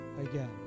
again